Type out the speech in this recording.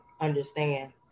understand